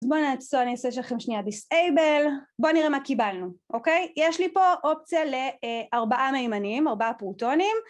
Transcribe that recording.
אז בואו נעצור, אני אעשה לכם שנייה Disable, בואו נראה מה קיבלנו, אוקיי? יש לי פה אופציה לארבעה מימנים, ארבעה פרוטונים.